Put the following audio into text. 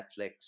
Netflix